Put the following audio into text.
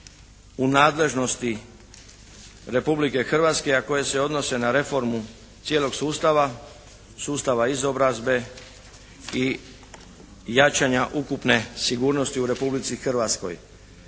u nadležnosti Republike Hrvatske, a koje se odnose na reformu cijelog sustava, sustava izobrazbe i jačanja ukupne sigurnosti u Republici Hrvatskoj.